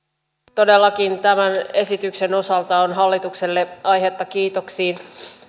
todellakin tämän esityksen osalta on aihetta kiitoksiin hallitukselle